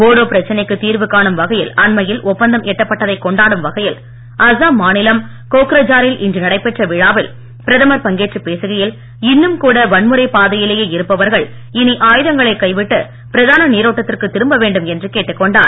போடோ பிரச்சனைக்கு தீர்வு காணும் வகையில் அண்மையில் ஒப்பந்தம் எட்டப்பட்டதைக் கொண்டாடும் வகையில் அஸ்ஸாம் மாநிலம் கோக்ரஜா ரில் இன்று நடைபெற்ற விழாவில் பிரதமர் பங்கேற்றுப் பேசுகையில் இன்னும் கூட வன்முறைப் பாதையிலேயே இருப்பவர்கள் இனி ஆயுதங்களைக் கைவிட்டு பிரதான நீரோட்டத்திற்கு திரும்பவேண்டும் என்று கேட்டுக்கொண்டார்